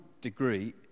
degree